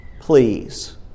please